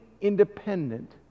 independent